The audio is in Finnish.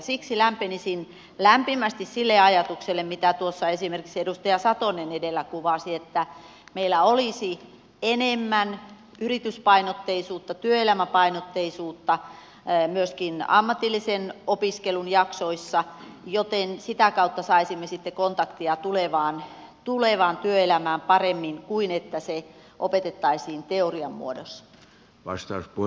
siksi lämpenisin lämpimästi sille ajatukselle mitä tuossa esimerkiksi edustaja satonen edellä kuvasi että meillä olisi enemmän yrityspainotteisuutta työelämäpainotteisuutta myöskin ammatillisen opiskelun jaksoissa joten sitä kautta saisimme sitten kontaktia tulevaan työelämään paremmin kuin jos sitä opetettaisiin teoriamuodossa